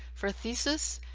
for a thesis,